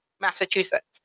Massachusetts